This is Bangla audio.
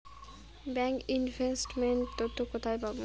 ব্যাংক ইনভেস্ট মেন্ট তথ্য কোথায় পাব?